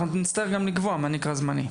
אנחנו נצטרך גם לקבוע מה נקרא זמני.